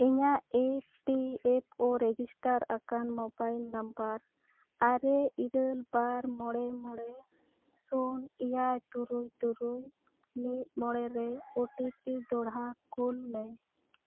ᱤᱧᱟᱜ E P F O register ᱟᱠᱟᱱ mobile number ᱟᱨᱮ ᱤᱨᱟᱹᱞ ᱵᱟᱨ ᱢᱚᱬᱮ ᱢᱚᱬᱮ ᱥᱩᱱ ᱤᱭᱟᱭ ᱛᱩᱨᱩᱭ ᱛᱩᱨᱩᱭ ᱢᱤᱫ ᱢᱚᱬᱮ ᱨᱮ ᱳ ᱴᱤ ᱯᱤ ᱫᱚᱲᱦᱟᱛᱮ ᱠᱩᱞ ᱢᱮ